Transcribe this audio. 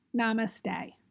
Namaste